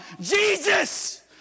Jesus